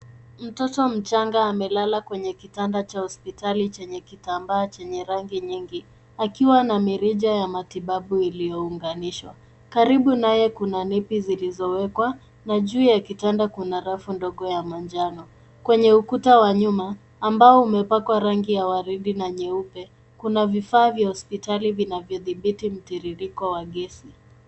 Mtoto mchanga amelala kwenye kitanda cha hospitali chenye kitambaa chenye rangi nyingi akiwa na mirija ya matibabu iliyounganishwa. Karibu naye kuna nepi zilizowekwa na juu ya kitanda kuna rafu ndogo ya manjano. Kwenye ukuta wa nyuma ambo umepakwa rangi ya waridi na nyeupe kuna vifaa vya hospitali vinavyodhibiti mtiririko wa gesi.